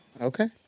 Okay